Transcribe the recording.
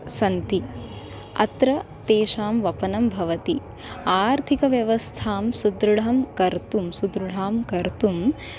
सन्ति अत्र तेषां वपनं भवति आर्थिकव्यवस्थां सुदृढं कर्तुं सुदृढीकर्तुं